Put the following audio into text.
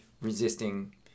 resisting